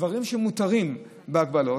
דברים שמותרים בהגבלות,